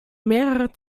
mehrere